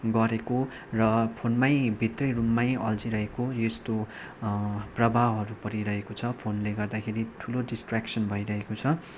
गरेको र फोनमै भित्रै रुममै अल्झिरहेको एस्तो प्रभावहरू परिरहेको छ फोनले गर्दाखेरि ठुलो डिस्ट्र्याकसन भइरहेको छ